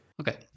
Okay